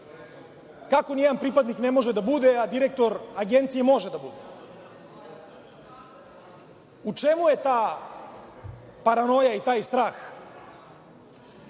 Kako ni jedan pripadnika ne može da bude, a direktor Agencije može da bude? U čemu je ta paranoja i taj strah